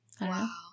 Wow